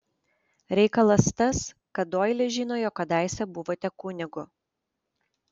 reikalas tas kad doilis žino jog kadaise buvote kunigu